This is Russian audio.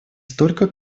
столько